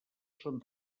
són